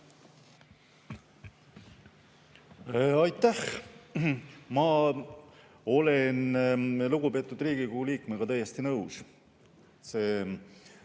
Aitäh! Ma olen lugupeetud Riigikogu liikmega täiesti nõus.